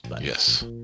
Yes